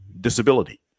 disability